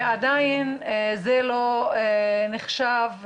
ועדיין זה לא נחשב,